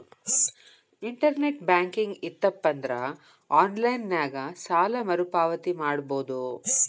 internet banking ಇತ್ತಪಂದ್ರಾ online ನ್ಯಾಗ ಸಾಲ ಮರುಪಾವತಿ ಮಾಡಬೋದು